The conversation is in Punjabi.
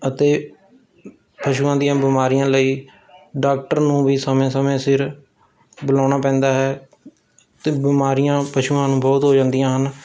ਅਤੇ ਪਸ਼ੂਆਂ ਦੀਆਂ ਬਿਮਾਰੀਆਂ ਲਈ ਡਾਕਟਰ ਨੂੰ ਵੀ ਸਮੇਂ ਸਮੇਂ ਸਿਰ ਬੁਲਾਉਣਾ ਪੈਂਦਾ ਹੈ ਅਤੇ ਬਿਮਾਰੀਆਂ ਪਸ਼ੂਆਂ ਨੂੰ ਬਹੁਤ ਹੋ ਜਾਂਦੀਆਂ ਹਨ